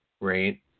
right